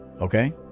Okay